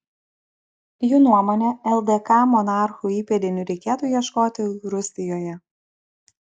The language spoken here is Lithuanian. jų nuomone ldk monarchų įpėdinių reikėtų ieškoti rusijoje